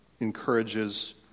encourages